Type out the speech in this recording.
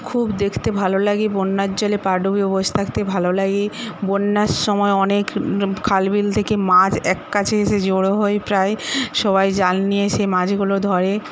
খুব দেখতে ভালো লাগে বন্যার জলে পা ডুবিয়ে বস থাকতে ভালো লাগে বন্যার সময় অনেক খাল বিল থেকে মাছ এককাছে এসে জড় হয় প্রায় সবাই জাল নিয়ে সেই মাছগুলো ধরে